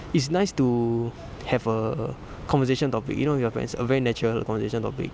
it's nice to have a conversation topic you know with you parents a very natural conversation topic